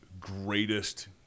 greatest